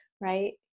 right